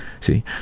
see